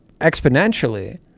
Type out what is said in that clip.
exponentially